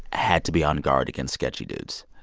had to be on guard against sketchy dudes.